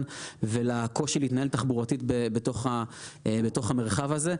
ולקושי להתנהל תחבורתית בתוך המרחב הזה,